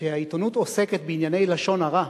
כשהעיתונות עוסקת בענייני לשון הרע,